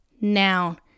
Noun